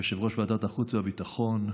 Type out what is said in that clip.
יושב-ראש ועדת החוץ והביטחון,